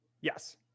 Yes